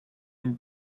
une